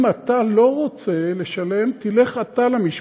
אם אתה לא רוצה לשלם, תלך אתה למשפט,